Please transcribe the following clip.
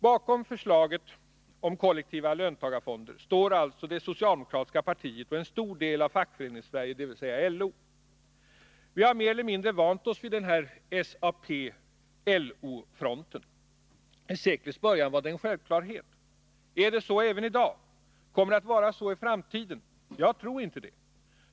Bakom förslaget om kollektiva löntagarfonder står alltså det socialdemokratiska partiet och en stor del av Fackföreningssverige, dvs. LO. Vi har mer eller mindre vant oss vid denna SAP-LO-front. I seklets början var den en självklarhet. Är det så även i dag? Kommer det att vara så i framtiden? Jag tror inte det.